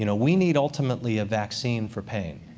you know we need, ultimately, a vaccine for pain.